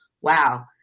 Wow